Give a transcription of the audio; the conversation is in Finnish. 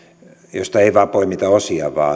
josta ei vain poimita osia